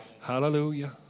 Hallelujah